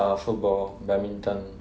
uh football badminton